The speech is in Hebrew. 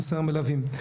חסר מלווים.